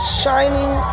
shining